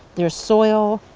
there's soil.